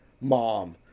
Mom